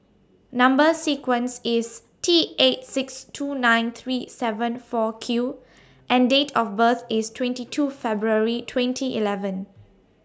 Number sequence IS T eight six two nine three seven four Q and Date of birth IS twenty two February twenty eleven